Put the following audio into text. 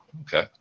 Okay